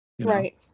right